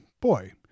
boy